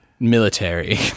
Military